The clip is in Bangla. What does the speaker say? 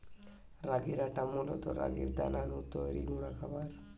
রাগির আটা মূলত রাগির দানা নু তৈরি গুঁড়া খাবার